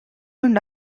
and